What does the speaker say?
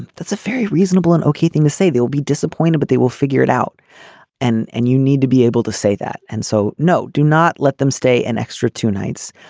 that's a very reasonable and okay thing to say they will be disappointed but they will figure it out and and you need to be able to say that. and so no do not let them stay an extra two nights.